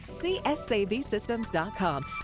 CSAVSystems.com